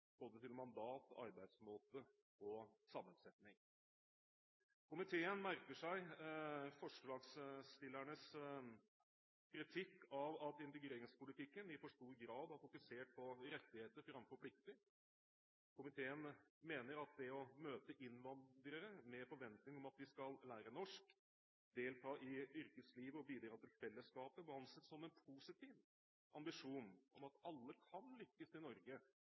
både til mandat, arbeidsmåte og sammensetning. Komiteen merker seg forslagsstillernes kritikk av at integreringspolitikken i for stor grad har fokusert på rettigheter framfor plikter. Komiteen mener at det å møte innvandrere med forventning om at de skal lære norsk, delta i yrkeslivet og bidra til fellesskapet må anses som en positiv ambisjon om at alle kan lykkes i Norge